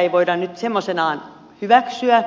ei voida nyt suoranaisesti semmoisenaan hyväksyä